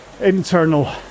internal